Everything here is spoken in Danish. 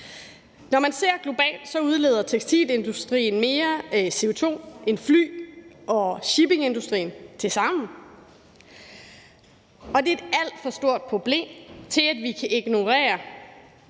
Når man ser på det globalt, udleder tekstilindustrien mere CO2 end fly og shippingindustrien tilsammen, og det er et alt for stort problem til, at vi kan ignorere